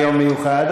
ביום מיוחד,